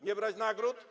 nie brać nagród.